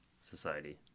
society